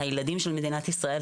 הילדים של מדינת ישראל.